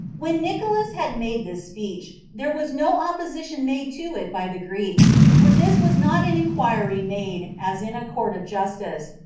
when nicolaus had made this speech, there was no opposition made to it by the greeks, for this was not an inquiry made, as in a court of justice,